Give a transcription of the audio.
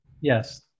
Yes